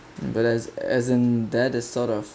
but as as in that is sort of